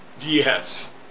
Yes